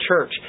church